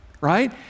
right